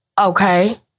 Okay